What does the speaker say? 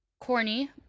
Corny